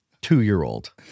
two-year-old